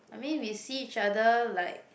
I mean we see each other like